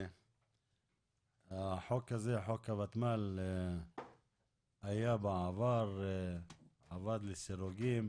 החוק הזה, חוק הוותמ"ל, היה בעבר ועבד לסירוגין,